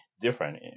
different